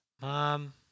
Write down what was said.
Mom